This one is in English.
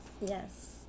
Yes